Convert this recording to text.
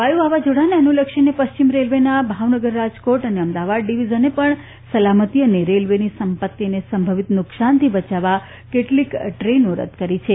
વાયુ વાવાઝોડાને અનુલક્ષીને પશ્ચિમ રેલ્વેના ભાવનગર રાજકોટ અને અમદાવાદ ડિવિઝને પણ સલામતી અને રેલ્વેની સંપતિને સંભવિત નુકસાનથી બચાવવા કેટલીક ટ્રેનોને ટુંકાવી છે